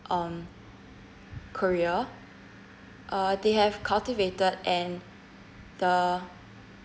um korea uh they have cultivated and the